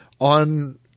on